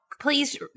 please